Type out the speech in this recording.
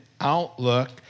outlook